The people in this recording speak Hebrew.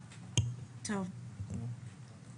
לא, אל תודי לי הכול בסדר.